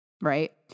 Right